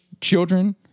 children